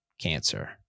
cancer